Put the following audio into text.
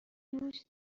دوست